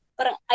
Parang